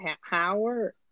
Howard